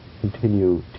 continue